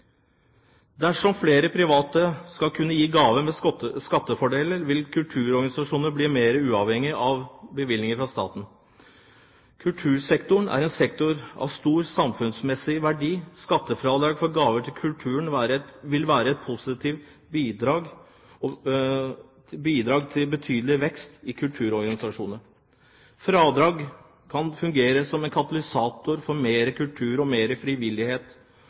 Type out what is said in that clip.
Dersom flere private kunne gi gaver med skattefordeler, ville kulturorganisasjonene bli mer uavhengige av bevilgninger fra staten. Kultursektoren er en sektor av stor samfunnsmessig verdi. Skattefradraget for gaver til kulturen vil være et positivt bidrag til en betydelig vekst i kulturorganisasjonene. Fradraget kan fungere som en katalysator for mer kultur og mer frivillighet.